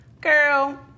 Girl